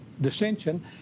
dissension